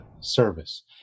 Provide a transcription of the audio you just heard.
service